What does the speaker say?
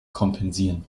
kompensieren